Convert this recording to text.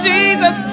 Jesus